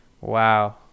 Wow